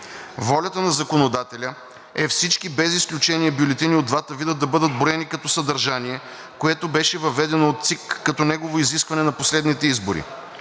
Волята на законодателя е всички без изключение бюлетини от двата вида да бъдат броени като съдържание, което беше въведено от ЦИК като негово изискване на последните избори.